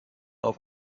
auf